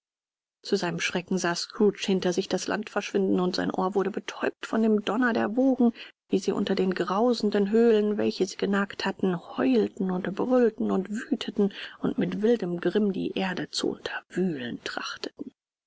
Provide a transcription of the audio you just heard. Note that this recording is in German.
zu seinem schrecken sah scrooge hinter sich das land verschwinden und sein ohr wurde betäubt von dem donner der wogen wie sie unter den grausenden höhlen welche sie genagt hatten heulten und brüllten und wüteten und mit wildem grimm die erde zu unterwühlen